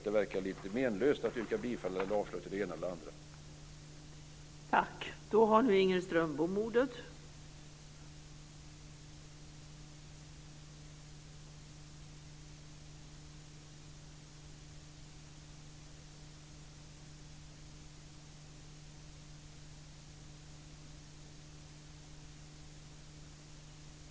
Då verkar det meningslöst att yrka bifall eller avslag på det ena eller det andra.